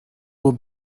will